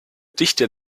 dichter